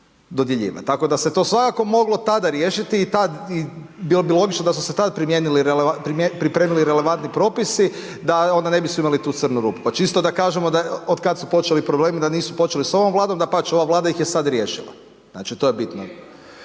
dodjeljivati. Tako da se to svakako moglo tada riješiti i bilo bi logično da su se tada pripremili relevantni propisi, da onda ne bismo imali tu crnu rupu. Pa čisto da kažemo od kad su počeli problemi, da nisu počeli sa ovom Vladom. Dapače, ova Vlada ih je sad riješila. Znači to je bitno,